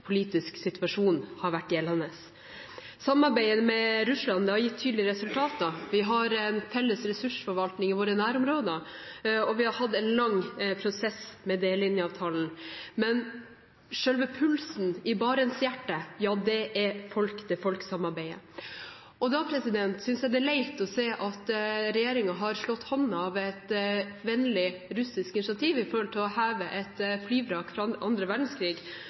politisk situasjon har vært gjeldende. Samarbeidet med Russland har gitt tydelige resultater. Vi har en felles ressursforvaltning i våre nærområder, og vi har hatt en lang prosess med delelinjeavtalen. Men selve pulsen i Barents-hjertet, det er folk-til-folk-samarbeidet. Da synes jeg det er leit å se at regjeringen har slått hånden av et vennlig russisk initiativ som gjelder å heve et flyvrak fra annen verdenskrig